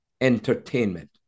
entertainment